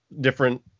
different